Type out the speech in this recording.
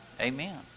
Amen